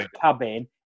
cabin